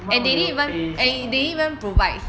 why he want to pay for something